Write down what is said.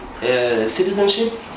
citizenship